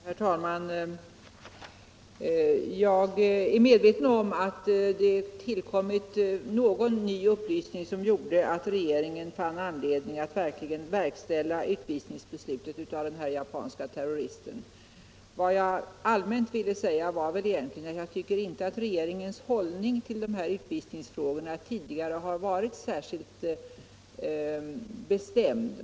Herr talman! Jag är medveten om att det tillkommit någon ny upplysning som gjorde att regeringen verkligen fann anledning att verkställa beslutet om utvisning av den japanske terroristen. Vad jag allmänt ville säga var att jag inte tycker att regeringens hållning i dessa utvisningsfrågor varit särskilt bestämd.